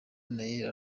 neil